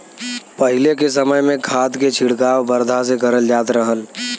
पहिले के समय में खाद के छिड़काव बरधा से करल जात रहल